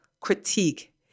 critique